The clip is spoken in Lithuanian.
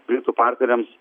britų partneriams